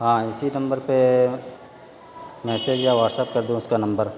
ہاں اسی نمبر پہ میسج یا واٹسپ کر دوں اس کا نمبر